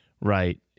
right